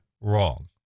wrong